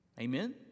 Amen